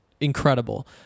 Incredible